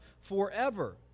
forever